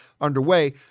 underway